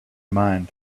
mind